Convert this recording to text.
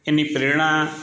એની પ્રેરણા